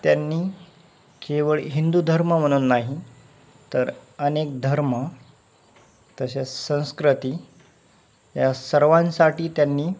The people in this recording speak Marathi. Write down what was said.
त्यांनी केवळ हिंदू धर्म म्हणून नाही तर अनेक धर्म तसेच संस्कृती या सर्वांसाठी त्यांनी